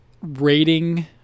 rating